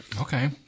Okay